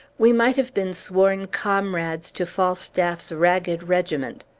we might have been sworn comrades to falstaff's ragged regiment.